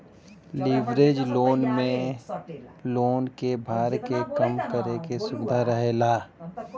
leverage loan में loan क भार के कम करे क सुविधा रहेला